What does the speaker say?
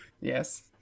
Yes